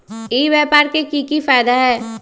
ई व्यापार के की की फायदा है?